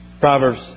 Proverbs